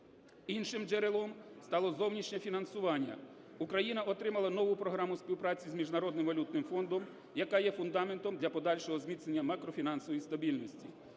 Іншим джерелом стало зовнішнє фінансування. Україна отримала нову програму співпраці з Міжнародним валютним фондом, яка є фундаментом для подальшого зміцнення макрофінансової стабільності.